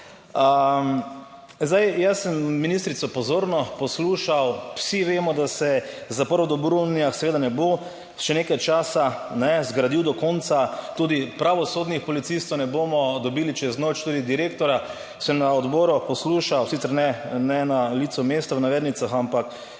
Zdaj, jaz sem ministrico pozorno poslušal. Vsi vemo, da se zapor v Dobrunjah seveda ne bo še nekaj časa ne zgradil do konca, tudi pravosodnih policistov ne bomo dobili čez noč. Tudi direktorja sem na odboru poslušal, sicer ne, ne na licu mesta v navednicah, ampak